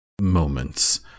moments